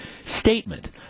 statement